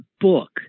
book